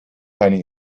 keine